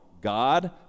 god